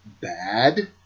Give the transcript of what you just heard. Bad